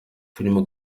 filimi